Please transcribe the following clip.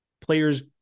players